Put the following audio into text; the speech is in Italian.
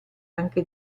anche